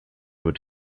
would